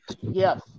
yes